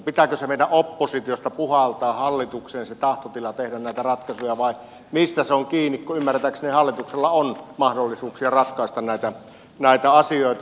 pitääkö se meidän oppositiosta puhaltaa hallitukseen se tahtotila tehdä näitä ratkaisuja vai mistä se on kiinni kun ymmärtääkseni hallituksella on mahdollisuuksia ratkaista näitä asioita